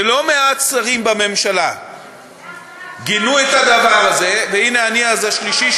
שלא מעט שרים בממשלה גינו את הדבר הזה, שניים.